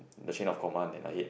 the chain of command and I hate